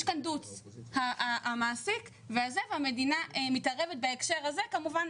שיש --- המדינה מתערבת בהקשר השכר.